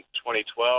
2012